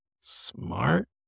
smart